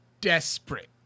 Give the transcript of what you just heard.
desperate